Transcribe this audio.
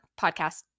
podcast